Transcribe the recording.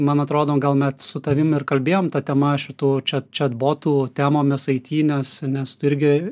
man atrodo gal mes su tavim ir kalbėjom ta tema šitų čia čiatbotų temomis aity nes nes tu irgi